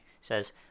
says